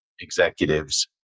executives